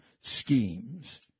schemes